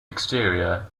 exterior